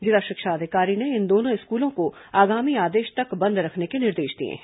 जिला शिक्षा अधिकारी ने इन दोनों स्कूलों को आगामी आदेश तक बंद रखने के निर्देश दिए हैं